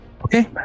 okay